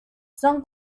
son